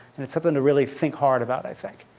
and it's something to really think hard about, i think.